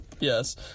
Yes